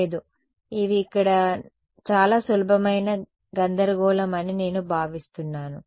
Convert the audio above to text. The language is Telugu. లేదు ఇవి ఇక్కడ చాలా సులభమైన గందరగోళం అని నేను భావిస్తున్నాను